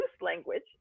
language